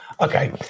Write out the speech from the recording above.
okay